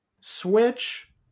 switch